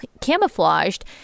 camouflaged